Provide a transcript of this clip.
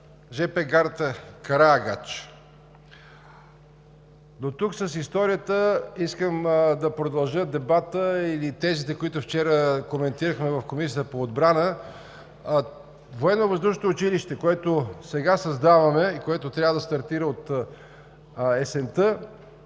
жп гарата Караагач. Дотук с историята. Искам да продължа дебата или тезите, които вчера коментирахме в Комисията по отбрана. Военновъздушното училище, което сега създаваме и което трябва да стартира от есента,